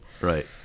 right